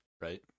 right